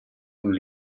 una